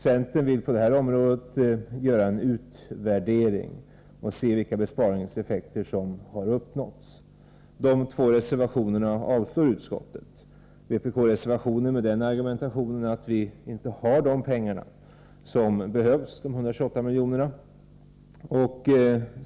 Centern vill på detta område göra en utvärdering och se vilka besparingseffekter som har uppnåtts. Utskottet avstyrker de två reservationerna. Vpk-reservationen avstyrks med argumentationen att vi inte har de 128 miljoner som behövs.